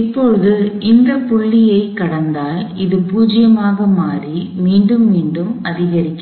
இப்போது இந்த புள்ளியை கடந்தால் அது 0 ஆக மாறி மீண்டும் மீண்டும் அதிகரிக்கிறது